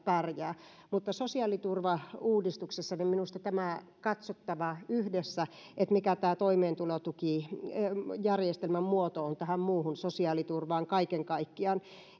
pärjäävät mutta sosiaaliturvauudistuksessa minusta on katsottava yhdessä tätä että mikä toimeentulotukijärjestelmän muoto on muuhun sosiaaliturvaan nähden kaiken kaikkiaan